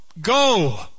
go